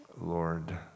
Lord